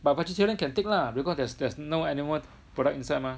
but vegeterian can take lah because there's there's no animal product inside mah